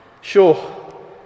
Sure